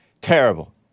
Terrible